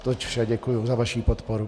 Toť vše, děkuji za vaši podporu.